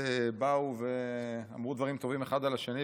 באו ואמרו דברים טובים אחד על השני,